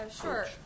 Sure